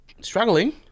struggling